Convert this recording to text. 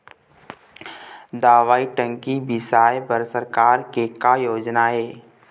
दवई टंकी बिसाए बर सरकार के का योजना हे?